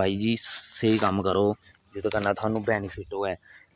भाई जी स्हेई कम्म करो जेहदे कन्नै थुहानू बैनीफिट होवे